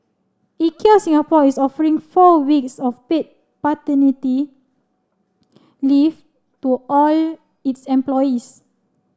Ikea Singapore is offering four weeks of paid paternity leave to all its employees